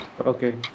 Okay